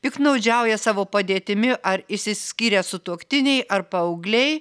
piktnaudžiauja savo padėtimi ar išsiskyrę sutuoktiniai ar paaugliai